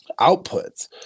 outputs